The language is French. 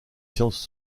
sciences